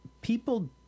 people